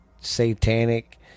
satanic